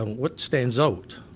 um what stands out?